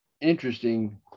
interesting